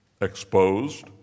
exposed